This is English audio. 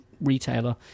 retailer